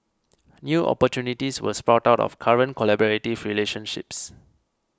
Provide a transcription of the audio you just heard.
new opportunities will sprout out of current collaborative relationships